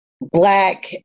Black